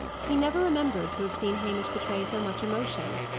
he never remembered to have seen hamish betray so much emotion.